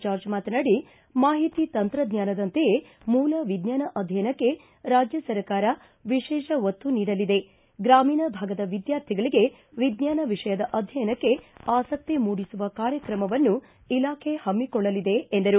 George ಮಾತನಾಡಿ ಮಾಹಿತಿ ತಂತ್ರಜ್ಞಾನದಂತೆಯೇ ಮೂಲ ವಿಜ್ಞಾನ ಅಧ್ಯಯನಕ್ಕೆ ರಾಜ್ಯ ಸರ್ಕಾರ ವಿಶೇಷ ಒತ್ತು ನೀಡಲಿದೆ ಗ್ರಾಮೀಣ ಭಾಗದ ವಿದ್ಯಾರ್ಥಿಗಳಿಗೆ ವಿಜ್ಞಾನ ವಿಷಯದ ಅಧ್ಯಯನಕ್ಕೆ ಆಸಕ್ತಿ ಮೂಡಿಸುವ ಕಾರ್ಯಕ್ರಮವನ್ನು ಇಲಾಖೆ ಹಮ್ಮಿಕೊಳ್ಳಲಿದೆ ಎಂದರು